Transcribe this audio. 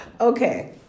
Okay